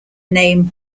name